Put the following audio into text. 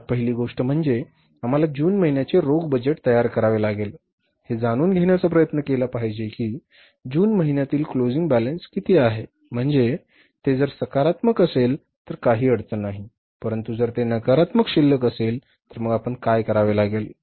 सर्वात पहिली गोष्ट म्हणजे आम्हाला जून महिन्याचे रोख बजेट तयार करावे लागेल हे जाणून घेण्याचा प्रयत्न केला पाहिजे की जून महिन्यातील क्लोजिंग बॅलन्स किती आहे म्हणजे ते जर सकारात्मक असेल तर काही अडचण नाही परंतु जर ते नकारात्मक शिल्लक असेल मग आपण काय करावे लागेल